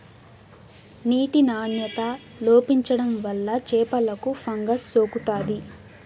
నీటి నాణ్యత లోపించడం వల్ల చేపలకు ఫంగస్ సోకుతాది